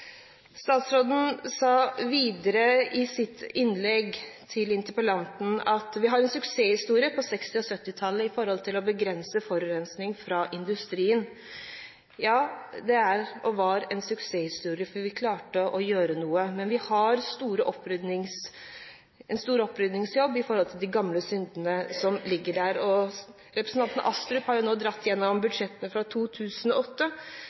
Statsråden sa videre i sitt innlegg til interpellanten at vi har en suksesshistorie fra 1960- og 1970-tallet når det gjaldt å begrense forurensning fra industrien. Ja, det er og var en suksesshistorie, for vi klarte å gjøre noe. Men vi har en stor oppryddingsjobb når det gjelder de gamle syndene som ligger der. Representanten Astrup har nå dratt gjennom budsjettene fra 2008,